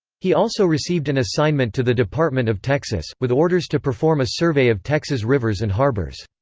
he also received an assignment to the department of texas, with orders to perform a survey of texas rivers and harbors.